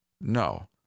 No